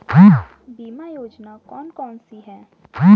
बीमा योजना कौन कौनसी हैं?